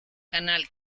canal